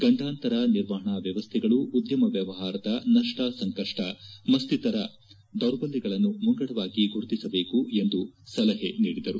ಗಂಡಾಂತರ ನಿರ್ವಹಣಾ ವ್ಯವಸ್ಥೆಗಳು ಉದ್ಯಮ ವ್ಯವಹಾರದ ನಪ್ಪ ಸಂಕಪ್ಪ ಮತ್ತಿತ್ತರ ದೌರ್ಬಲ್ಯಗಳನ್ನು ಮುಂಗಡವಾಗಿ ಗುರುತಿಸಬೇಕು ಎಂದು ಸಲಹೆ ನೀಡಿದರು